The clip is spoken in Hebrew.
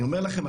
אני אומר לכם,